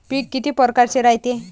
पिकं किती परकारचे रायते?